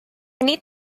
need